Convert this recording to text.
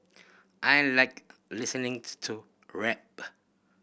I like listening to rap